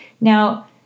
Now